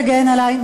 תגן עלי,